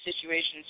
situation's